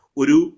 uru